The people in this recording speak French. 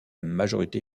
majorité